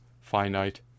finite